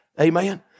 Amen